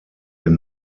den